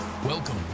welcome